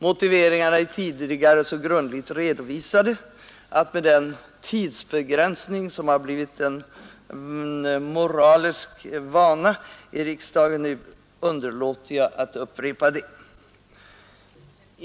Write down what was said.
Motiveringarna är tidigare så grundligt redovisade att jag med den tidsbegränsning som nu har blivit en moralisk vana i riksdagen underlåter att uppräkna dem.